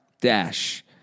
Dash